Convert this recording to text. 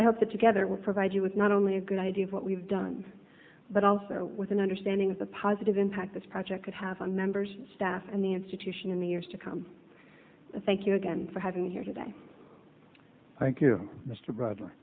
i hope that together will provide you with not only a good idea of what we've done but also with an understanding of the positive impact this project could have on members staff and the institution in the years to come and thank you again for having me here today thank you mr bro